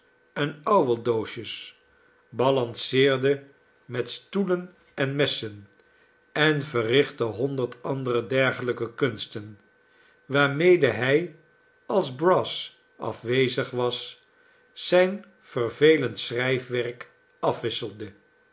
en ouweldoosjes balanceerde met stoelen en messen en verrichtte honderd andere dergelijke kunsten waarmede hij als brass afwezig was zijn vervelend schrijfwerk afwisselde